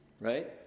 right